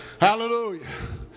Hallelujah